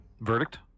Verdict